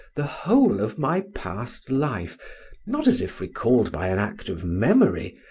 the whole of my past life not as if recalled by an act of memory,